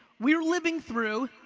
we're living through,